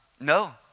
No